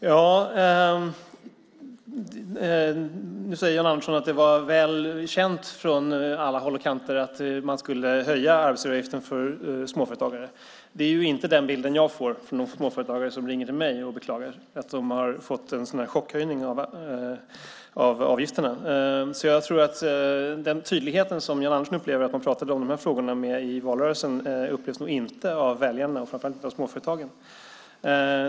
Fru talman! Jan Andersson säger att det var väl känt från alla håll och kanter att man skulle höja arbetsgivaravgiften för småföretagare. Det är inte den bild jag får från de småföretagare som ringer till mig och beklagar att de har fått en chockhöjning av avgifterna. Jag tror att den tydlighet som Jan Andersson upplevde att man pratade om de här frågorna i valrörelsen inte upplevs av väljarna, framför allt inte av småföretagen.